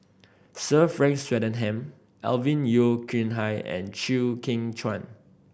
Sir Frank Swettenham Alvin Yeo Khirn Hai and Chew Kheng Chuan